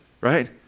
right